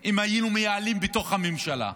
אם היינו מייעלים בתוך הממשלה,